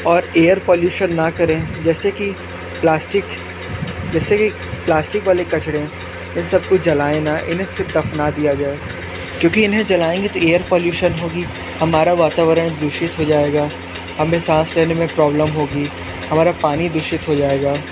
और air pollution ना करें जैसे कि प्लास्टिक जैसे कि प्लास्टिक वाले कचरे इन सबको जलाएं ना इनहें सिर्फ़ दफ़ना दिया जाए क्योंकि इन्हें जलाएंगे तो एयर पोल्लुशण होगी हमारा वातावरण दूषित हो जाएगा हमें सांस लेने में प्रॉब्लम होगी हमारा पानी दूषित हो जाएगा